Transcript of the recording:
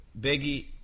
Biggie